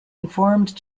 informed